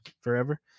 forever